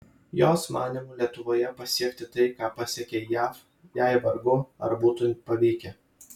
jos manymu lietuvoje pasiekti tai ką pasiekė jav jai vargu ar būtų pavykę